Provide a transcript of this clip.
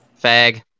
Fag